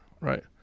right